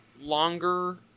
longer